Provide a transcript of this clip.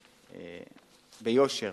ביושר,